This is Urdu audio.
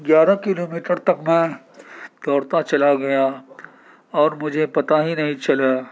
گیارہ کلو میٹر تک میں دوڑتا چلا گیا اور مجھے پتا ہی نہیں چلا